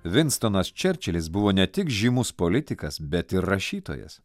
vinstonas čerčilis buvo ne tik žymus politikas bet ir rašytojas